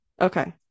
Okay